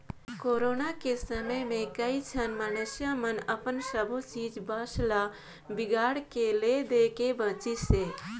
corona के समे कइझन मइनसे मन अपन सबो चीच बस ल बिगाड़ के ले देके बांचिसें